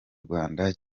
rwanda